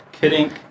Kidding